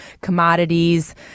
commodities